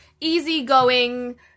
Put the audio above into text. easygoing